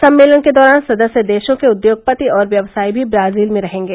सम्मेलन के दौरान सदस्य देशों के उद्योगपति और व्यवसायी भी ब्राजील में रहेंगे